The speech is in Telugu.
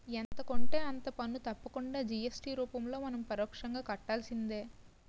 ఎంత కొంటే అంత పన్ను తప్పకుండా జి.ఎస్.టి రూపంలో మనం పరోక్షంగా కట్టాల్సిందే